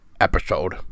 episode